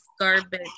garbage